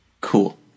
Cool